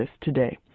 today